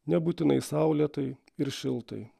nebūtinai saulėtai ir šiltai